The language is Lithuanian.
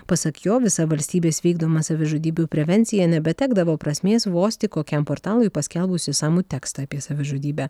pasak jo visa valstybės vykdoma savižudybių prevencija nebetekdavo prasmės vos tik kokiam portalui paskelbus išsamų tekstą apie savižudybę